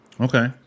okay